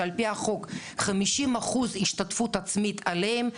שעל פי החוק חמישים אחוז השתתפות עצמית עליהם,